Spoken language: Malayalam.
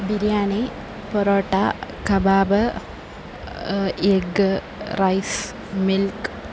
biryani parotta kebab egg rice milk